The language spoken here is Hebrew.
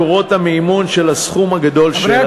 מקורות למימון הסכום הגדול של הצעתם.